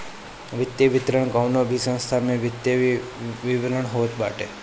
वित्तीय विवरण कवनो भी संस्था के वित्तीय विवरण होत बाटे